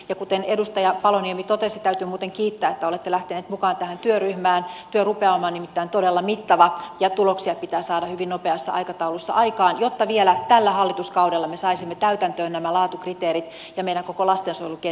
ja kuten edustaja paloniemi totesi täytyy muuten kiittää että olette lähtenyt mukaan tähän työryhmään työrupeama on todella mittava ja tuloksia pitää saada hyvin nopeassa aikataulussa aikaan jotta vielä tällä hallituskaudella me saisimme täytäntöön nämä laatukriteerit ja meidän koko lastensuojelukentän parannettua